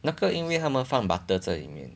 那个因为他们放 butter 在里面